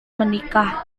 menikah